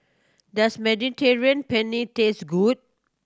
does Mediterranean Penne taste good